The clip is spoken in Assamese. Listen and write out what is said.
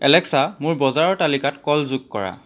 এলেক্সা মোৰ বজাৰৰ তালিকাত কল যোগ কৰা